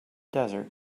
desert